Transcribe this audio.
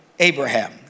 Abraham